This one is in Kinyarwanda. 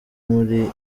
muri